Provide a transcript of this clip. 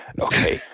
okay